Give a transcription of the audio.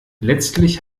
letztlich